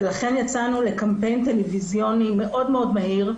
לכן יצאנו בקמפיין טלוויזיוני מאוד מאוד מהיר,